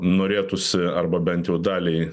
norėtųsi arba bent jau daliai